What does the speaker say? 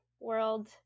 world